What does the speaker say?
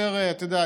אתה יודע,